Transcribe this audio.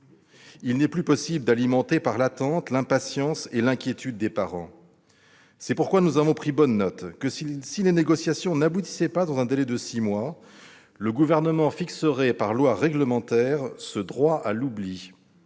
Il n'est plus possible d'alimenter par l'attente l'impatience et l'inquiétude des parents. C'est pourquoi nous avons pris bonne note que, si les négociations n'aboutissaient pas dans un délai de six mois, le Gouvernement fixerait par voie réglementaire ce « droit à l'oubli